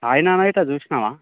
hi నాన్న గిట్ల చూసినావా